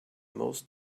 most